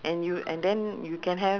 it's block two one four